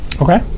Okay